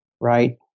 right